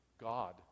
God